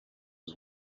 was